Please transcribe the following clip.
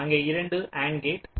அங்கே இரண்டு and gate உள்ளன